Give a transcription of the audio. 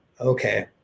Okay